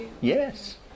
Yes